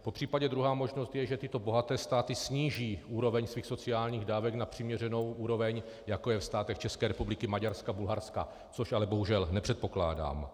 Popřípadě druhá možnost je, že tyto bohaté státy sníží úroveň svých sociálních dávek na přiměřenou úroveň, jako je ve státech ČR, Maďarska, Bulharska, což ale bohužel nepředpokládám.